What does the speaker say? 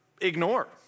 ignore